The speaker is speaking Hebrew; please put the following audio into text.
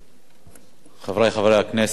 חברי חברי הכנסת, כבוד השר,